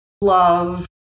love